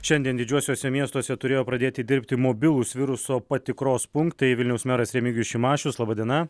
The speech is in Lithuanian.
šiandien didžiuosiuose miestuose turėjo pradėti dirbti mobilūs viruso patikros punktai vilniaus meras remigijus šimašius laba diena